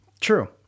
True